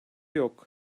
yok